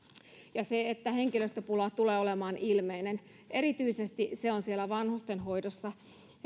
ja että henkilöstöpula tulee olemaan ilmeinen erityisesti se on siellä vanhustenhoidossa